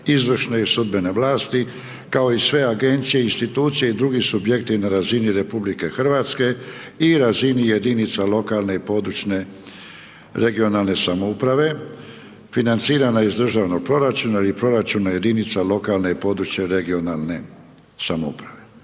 izvršne i sudbene vlasti, kao i sve agencije i institucije i drugi subjekti na razini RH i razini lokalne i područne regionalne samouprave financiranja iz državnog proračuna ili proračuna jedinica lokalne i područje regionalne samouprave.